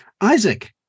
Isaac